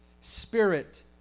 Spirit